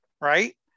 right